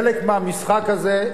חלק מהמשחק הזה,